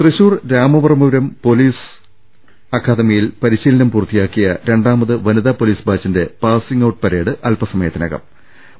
Thrissur Ramavarmapuram Kerala police അക്കാദമിയിൽ പരിശീലനം പൂർത്തിയാക്കിയ രണ്ടാമത് വനിതാ പൊലീസ് ബാച്ചിന്റെ പാസിംഗ് ഔട്ട് പരേഡ് അല്പസമയത്തിനകം